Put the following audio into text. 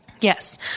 Yes